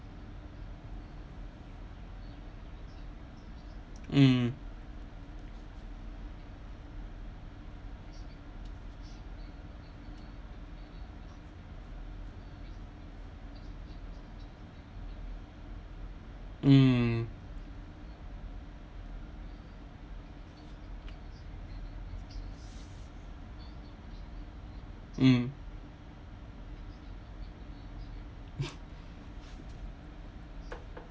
mm mm mm